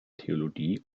theologie